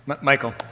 Michael